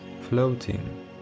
floating